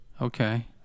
Okay